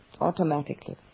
automatically